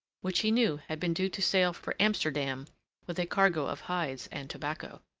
which he knew had been due to sail for amsterdam with a cargo of hides and tobacco.